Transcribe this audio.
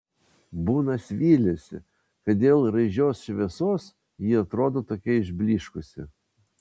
bunas vylėsi kad dėl raižios šviesos ji atrodo tokia išblyškusi